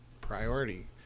Priority